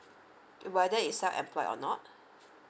it either is self employed or not